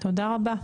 תודה רבה.